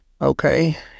Okay